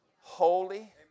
holy